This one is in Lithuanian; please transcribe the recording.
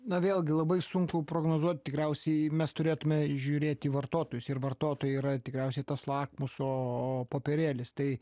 na vėlgi labai sunku prognozuot tikriausiai mes turėtume žiūrėt į vartotojus ir vartotojai yra tikriausiai tas lakmuso popierėlis tai